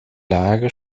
lage